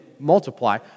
multiply